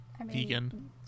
Vegan